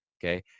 Okay